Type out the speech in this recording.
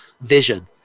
vision